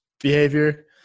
behavior